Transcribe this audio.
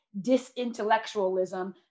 disintellectualism